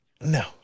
No